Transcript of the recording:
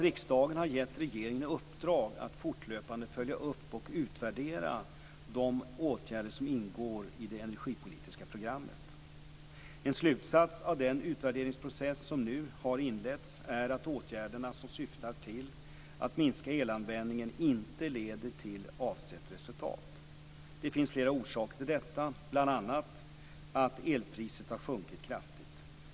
Riksdagen har gett regeringen i uppdrag att fortlöpande följa upp och utvärdera de åtgärder som ingår i det energipolitiska programmet. En slutsats av den utvärderingsprocess som nu har inletts är att åtgärderna som syftar till att minska elanvändningen inte leder till avsett resultat. Det finns flera orsaker till detta, bl.a. att elpriset har sjunkit kraftigt.